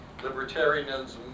libertarianism